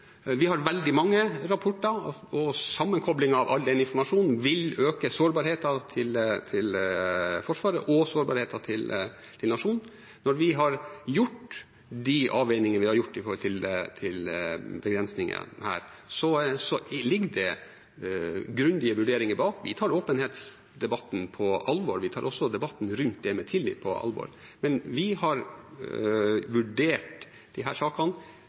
Vi har veldig mange rapporter, og sammenkoblingen av all den informasjonen vil øke sårbarheten til Forsvaret og sårbarheten til nasjonen. Når vi har gjort de avveiningene vi har gjort knyttet til begrensninger her, ligger det grundige vurderinger bak. Vi tar åpenhetsdebatten på alvor. Vi tar også debatten rundt det med tillit på alvor. Men vi har så langt vurdert disse sakene